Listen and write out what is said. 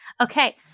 okay